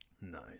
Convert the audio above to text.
nice